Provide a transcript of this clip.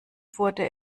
wurde